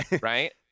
right